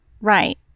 right